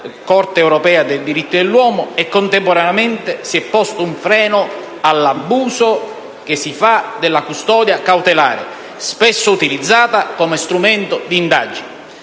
Corte europea dei diritti dell'uomo e, contemporaneamente, si è posto un freno all'abuso che si fa della custodia cautelare, spesso utilizzata come strumento d'indagine.